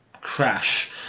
crash